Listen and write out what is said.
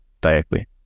directly